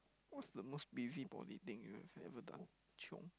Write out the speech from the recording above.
what's the most busybody thing you've ever done chiong